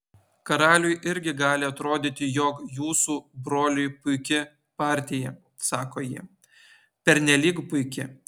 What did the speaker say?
karaliui irgi gali atrodyti jog jūsų broliui puiki partija sako ji pernelyg puiki